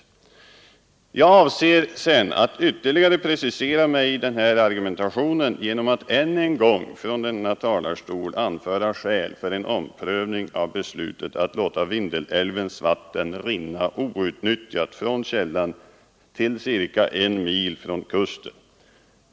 Jag avser sedan att ytterligare precisera mig i denna argumentation genom att än en gång från denna talarstol anföra skäl för en omprövning av beslutet att låta Vindelälvens vatten rinna outnyttjat från källan till ca 1 mil från kusten.